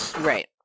right